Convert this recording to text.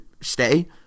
stay